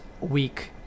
week